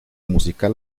musical